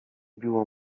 biło